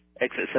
Exit